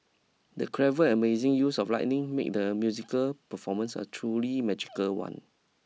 the clever and amazing use of lightning made the musical performance a truly magical one